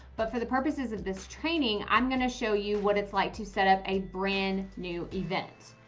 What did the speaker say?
but for the purposes of this training, i'm going to show you what it's like to set up a brand new event.